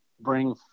bring